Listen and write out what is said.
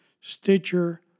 Stitcher